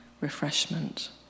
refreshment